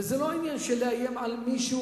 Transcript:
וזה לא עניין של לאיים על מישהו.